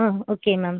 ah okay ma'am